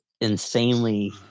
insanely